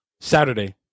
Saturday